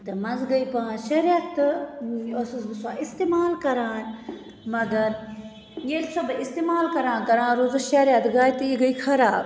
تہٕ مَنٛزٕ گٔیہِ پانٛژھ شےٚ ریٚتھ تہٕ ٲسٕس بہٕ سۄ اِستعمال کَران مگر ییٚلہِ سۄ بہٕ اِستعمال کَران کَران روٗزٕس شےٚ ریٚتھ گٔیہِ تہٕ یہِ گٔیہِ خَراب